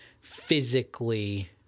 physically